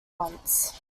once